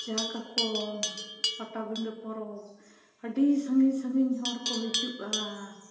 ᱟᱠᱚ ᱯᱟᱴᱟ ᱵᱤᱸᱫᱟᱹ ᱯᱚᱨᱚᱵᱽ ᱟᱹᱰᱤ ᱥᱟᱺᱜᱤᱧ ᱥᱟᱺᱜᱤᱧ ᱦᱚᱲ ᱠᱚ ᱦᱤᱡᱩᱜᱼᱟ